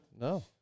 No